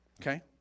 Okay